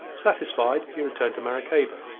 satisfied, he returned to maracaybo,